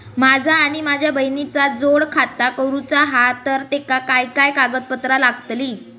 माझा आणि माझ्या बहिणीचा जोड खाता करूचा हा तर तेका काय काय कागदपत्र लागतली?